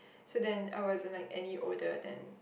so then I wasn't like any older than